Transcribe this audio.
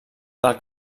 del